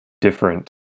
different